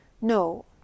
no